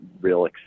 real